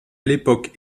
l’époque